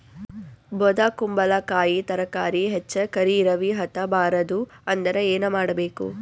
ಬೊದಕುಂಬಲಕಾಯಿ ತರಕಾರಿ ಹೆಚ್ಚ ಕರಿ ಇರವಿಹತ ಬಾರದು ಅಂದರ ಏನ ಮಾಡಬೇಕು?